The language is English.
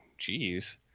jeez